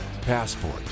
Passport